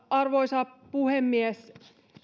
arvoisa puhemies